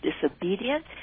disobedience